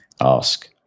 Ask